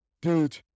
dude